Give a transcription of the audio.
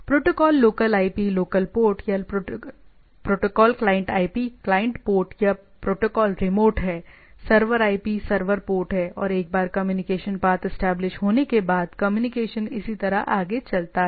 protocol local IP local port या protocol client IP client port या protocol remote है server IP server port है और एक बार कम्युनिकेशन पाथ एस्टेब्लिश होने के बाद कम्युनिकेशन इसी तरह आगे चलता रहता है